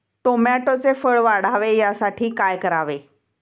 टोमॅटोचे फळ वाढावे यासाठी काय करावे?